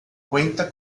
cuenta